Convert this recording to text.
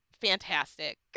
fantastic